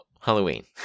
Halloween